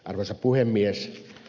arvoisa puhemies